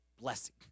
blessing